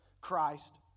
Christ